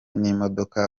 n’imodoka